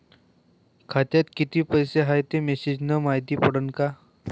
खात्यात किती पैसा हाय ते मेसेज न मायती पडन का?